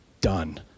done